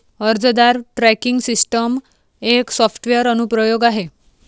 अर्जदार tracking system एक software अनुप्रयोग आहे